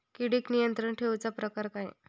किडिक नियंत्रण ठेवुचा प्रकार काय?